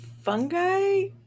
fungi